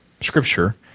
scripture